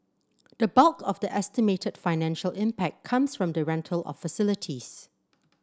the bulk of the estimated financial impact comes from the rental of facilities